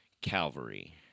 Calvary